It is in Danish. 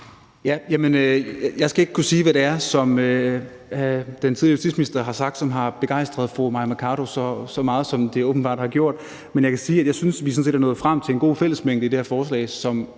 Jeg skal ikke kunne sige, hvad det er, den tidligere justitsminister har sagt, som har begejstret fru Mai Mercado så meget, som det åbenbart har gjort. Men jeg kan sige, at jeg synes, at vi sådan set er nået frem til en god fællesmængde i det her forslag, som